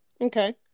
Okay